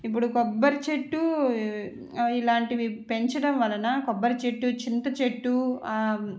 ఇప్పుడు కొబ్బరి చెట్టు ఇలాంటివి పెంచడం వలన కొబ్బరి చెట్టు చింత చెట్టు